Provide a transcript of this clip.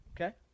Okay